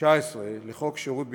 19 לחוק שירות ביטחון,